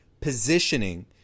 positioning